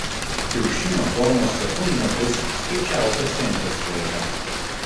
kiaušinio formos sekundmatis skaičiavo pacientės laiką